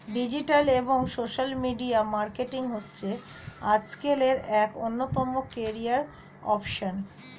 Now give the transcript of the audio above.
digital এবং social media marketing হচ্ছে আজকালের এক অন্যতম ক্যারিয়ার অপসন